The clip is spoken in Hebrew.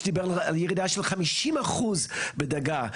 שדיבר על ירידה של 50 אחוזים בדגה.